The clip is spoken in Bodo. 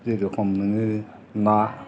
जेरेखम नोङो ना